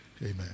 Amen